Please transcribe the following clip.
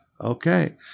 okay